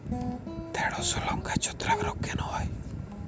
ঢ্যেড়স ও লঙ্কায় ছত্রাক রোগ কেন হয়?